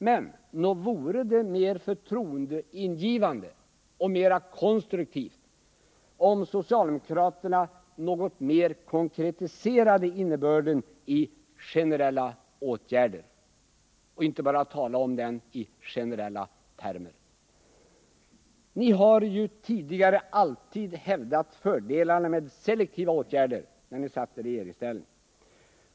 Men nog vore det mer förtroendeingivande och konstruktivt om socialdemokraterna något mer konkretiserade innebörden av ”generella” åtgärder och inte bara talade om dem i generella termer. Ni har ju tidigare — när ni satt i regeringsställning — alltid hävdat fördelarna med selektiva åtgärder.